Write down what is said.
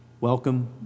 Welcome